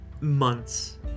months